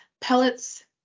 pellets